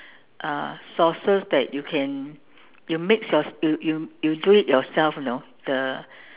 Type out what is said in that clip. uh sauces that you can mix you you you do it yourself you know the